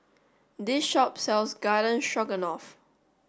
this shop sells Garden Stroganoff